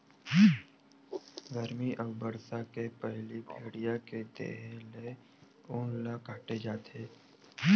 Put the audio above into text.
गरमी अउ बरसा के पहिली भेड़िया के देहे ले ऊन ल काटे जाथे